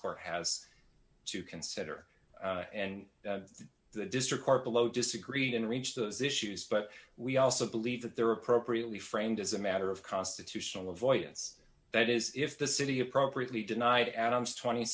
court has to consider and the district court below disagreed and reached those issues but we also believe that there were appropriately framed as a matter of constitutional avoidance that is if the city appropriately denied adams tw